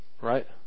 Right